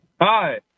Hi